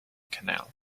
canal